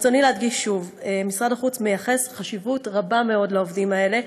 ברצוני להדגיש שוב: משרד החוץ מייחס חשיבות רבה מאוד לעובדים האלה.